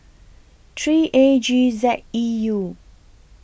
three A G Z E U